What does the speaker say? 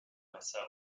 myself